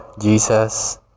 Jesus